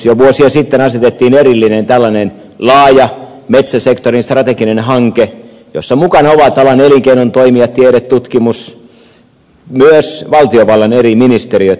jo vuosia sitten asetettiin erillinen laaja metsäsektorin strateginen hanke jossa vahvasti mukana ovat alan elinkeinon toimijat tiede tutkimus myös valtiovallan eri ministeriöt